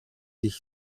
sich